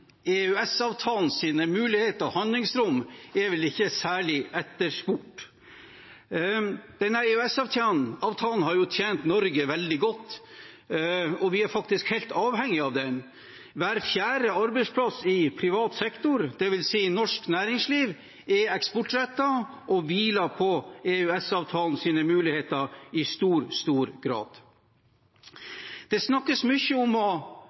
har tjent Norge veldig godt. Vi er faktisk helt avhengig av den. Hver fjerde arbeidsplass i privat sektor, dvs. norsk næringsliv, er eksportrettet og hviler på EØS-avtalens muligheter i stor grad. Det snakkes mye om å